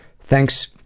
Thanks